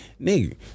nigga